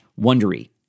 Wondery